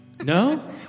No